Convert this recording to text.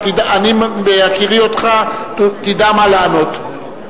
בהכירי אותך, תדע מה לענות.